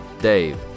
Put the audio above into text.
Dave